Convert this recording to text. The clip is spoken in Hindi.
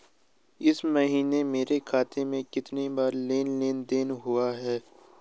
इस महीने मेरे खाते में कितनी बार लेन लेन देन हुआ है?